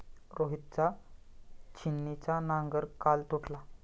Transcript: रोहितचा छिन्नीचा नांगर काल तुटला